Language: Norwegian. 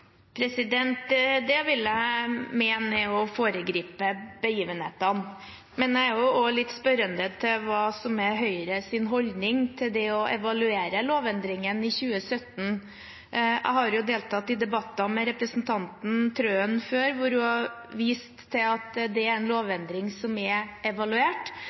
Det vil jeg mene er å foregripe begivenhetene. Men jeg er også litt spørrende til hva som er Høyres holdning til det å evaluere lovendringen i 2017. Jeg har deltatt i debatter med representanten Trøen før, hvor hun har vist til at det er en lovendring som er evaluert.